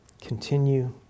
Continue